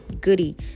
goody